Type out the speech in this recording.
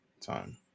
time